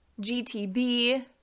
gtb